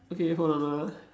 okay hold on ah